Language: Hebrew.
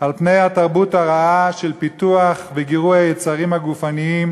על התרבות הרעה של פיתוח וגירוי היצרים הגופניים